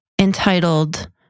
entitled